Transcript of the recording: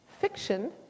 fiction